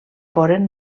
foren